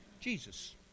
Jesus